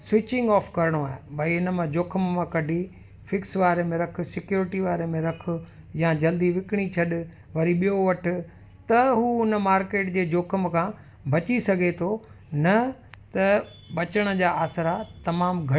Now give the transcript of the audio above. switching off करिणो आहे भई इन मां जोख़िम मां कढी फ़िक्स वारे में रखु सिक्योरिटी वारे में रखु या जल्दी विकिणी छॾु वरी ॿियो वठि त हू उन मार्केट जे जोख़िम खां बची सघे थो न त बचण जा आसरा तमामु घटि हूंदा इन शेयर मार्केट में